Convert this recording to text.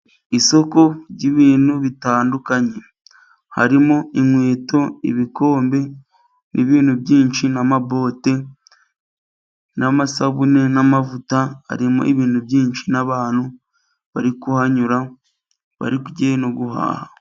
Isoko ry'ibintu bitandukanye harimo inkweto, ibikombe, n'ibintu byinshi n'amabote, n'amasabune, n'amavuta, harimo ibintu byinshi n'abantu bari kuhanyura bari bagiye no guhaha.